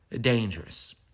dangerous